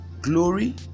glory